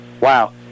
wow